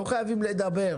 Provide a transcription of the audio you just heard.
לא חייבים לדבר.